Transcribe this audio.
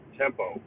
tempo